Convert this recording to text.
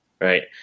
right